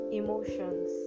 emotions